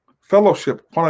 Fellowship